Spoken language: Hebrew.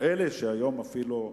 אלה שהיום, אפילו,